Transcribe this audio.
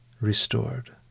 Restored